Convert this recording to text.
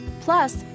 Plus